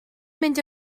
mynd